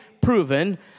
proven